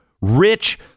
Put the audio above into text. rich